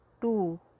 two